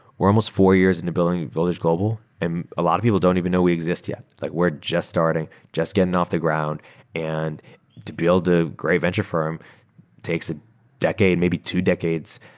we're almost four years in building village global and a lot of people don't even know we exist yet. like we're just starting, just getting off the ground and to build a great venture firm takes a decade, maybe two decades.